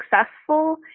successful